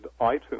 iTunes